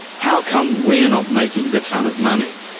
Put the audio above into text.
how come we're not making the tonne of money?